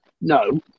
no